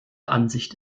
ansicht